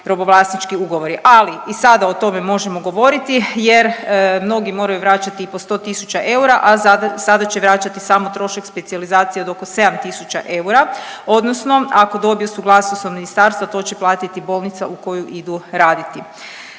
robovlasnički ugovori. Ali i sada o tome možemo govoriti, jer mnogi moraju vraćati i po 100 000 eura, a sada će vraćati samo trošak specijalizacije od oko 7000 eura, odnosno ako dobije suglasnost od ministarstva to će platiti bolnica u koju idu raditi.